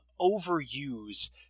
overuse